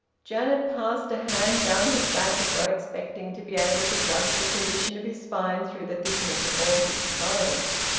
janet passed a hand down his back, as though expecting to be able to judge the condition of his spine through the thickness of all his clothes.